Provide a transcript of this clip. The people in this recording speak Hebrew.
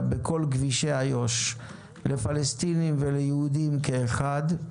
בכל כבישי איו"ש לפלסטינים וליהודים כאחד,